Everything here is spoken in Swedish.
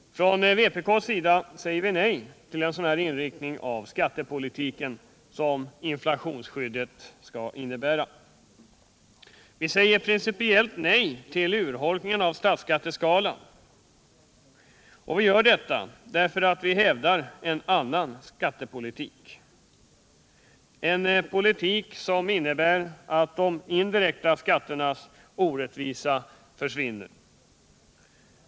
Från vpk:s sida säger vi nej till en sådan inriktning av skattepolitiken som inflationsskyddet skall innebära. Vi säger också principiellt nej till urholkningen av statsskatteskalan. Vi gör detta därför att vi hävdar att man skall föra en annan skattepolitik — en politik som innebär att de proportionella skatternas orättvisa försvinner.